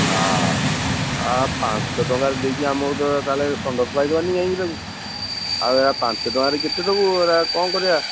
ଆଉ ପାଞ୍ଚ ଟଙ୍କାରେ ଦେଇକି ଆମକୁ ତ ତା'ହେଲେ ଷଣ୍ଢ ଖୁଆଇ ଦେବାନି କାହିଁକି ତାକୁ ଆଉ ଏ ପାଞ୍ଚ ଟଙ୍କାରେ କେତେ ଦେବୁ ଏଗୁଡ଼ା କ'ଣ କରିବା